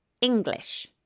English